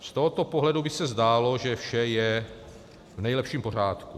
Z tohoto pohledu by se zdálo, že vše je v nejlepším pořádku.